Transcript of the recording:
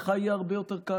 לך יהיה הרבה יותר קל,